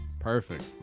Perfect